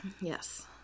Yes